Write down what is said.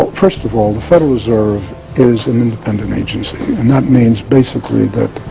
first of all, the federal reserve is an independent agency and that means basically that